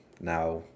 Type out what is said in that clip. now